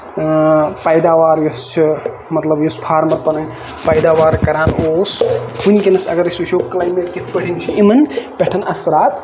پیداوار یُس چھُ مطلب یُس فارمر پَنٕنۍ پیداوار کران اوس ؤنکینَس اَگر أسۍ وٕچھو کٔلایمیٹ کِتھ پٲٹھۍ چھُ یِمن پٮ۪ٹھ اَثرات